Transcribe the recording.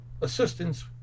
assistance